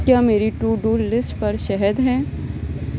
کیا میری to do list پر شہد ہیں